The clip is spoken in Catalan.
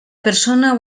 persona